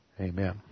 amen